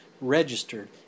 registered